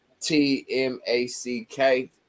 t-m-a-c-k